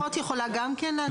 אחות גם כן יכולה?